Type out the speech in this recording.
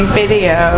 video